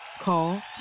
Call